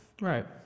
right